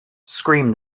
screamed